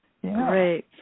Great